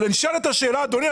נשאלת השאלה, אדוני.